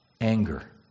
anger